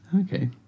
okay